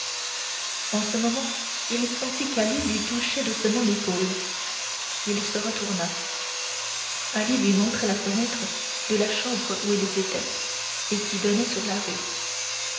en ce moment il sentit qu'ali lui touchait doucement l'épaule il se retourna ali lui montrait la fenêtre de la chambre où ils étaient et qui donnait sur la rue